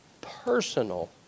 Personal